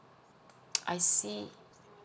I see